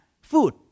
food